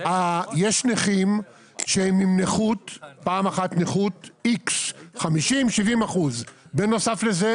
יש נכים שהם עם נכות X 50% או 70%. בנוסף לזה,